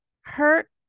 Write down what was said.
hurt